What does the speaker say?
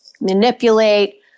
manipulate